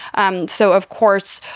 um so, of course,